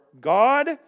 God